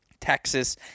Texas